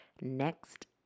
next